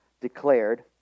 declared